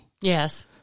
Yes